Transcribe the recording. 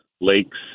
lakes